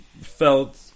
felt